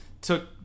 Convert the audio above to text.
took